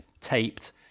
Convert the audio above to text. taped